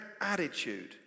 attitude